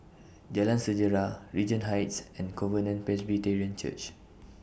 Jalan Sejarah Regent Heights and Covenant Presbyterian Church